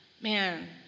man